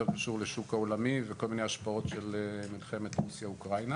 יותר קשור לשוק העולמי וכל מיני השפעות של מלחמת רוסיה-אוקראינה.